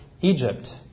Egypt